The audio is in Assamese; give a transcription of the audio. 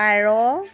পাৰ